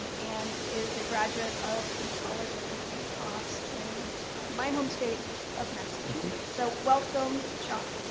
um and is a graduate of the college of the holy cross in my home state of massachusetts. so, welcome, john.